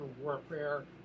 warfare